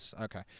Okay